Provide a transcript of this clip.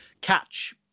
catch